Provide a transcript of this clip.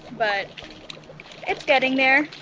but it's getting there,